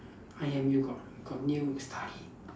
I_M_U got got new story